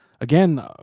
again